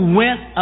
went